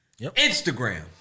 Instagram